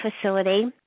facility